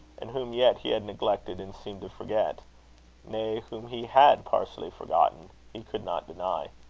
and whom yet he had neglected and seemed to forget nay, whom he had partially forgotten he could not deny.